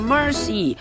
Mercy